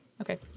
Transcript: Okay